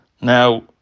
Now